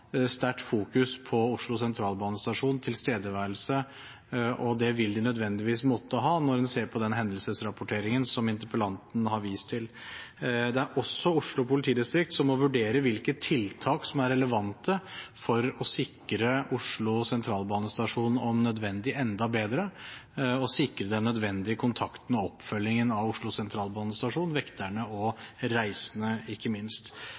de nødvendigvis måtte gjøre når en ser på den hendelsesrapporteringen som interpellanten har vist til. Det er også Oslo politidistrikt som må vurdere hvilke tiltak som er relevante for om nødvendig å sikre Oslo Sentralstasjon enda bedre, og sikre den nødvendige kontakten og oppfølgingen av Oslo Sentralstasjon, vekterne – og reisende, ikke minst.